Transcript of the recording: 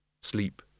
Sleep